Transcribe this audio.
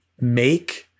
make